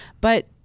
But-